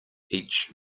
each